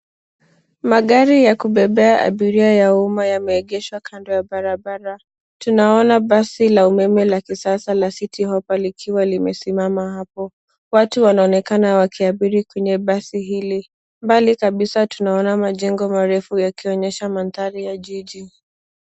Magari ya kubebea abiria ya umma yameegeshwa kando ya barabara. Tunaona basi la umeme la kisasa la citi hoppa likiwa limesimama hapo. Watu wanaonekana wakiabiri kwenye basi hili. Mbele kabisa tunaona majengo marefu yakionyesha mandhari ya jiji.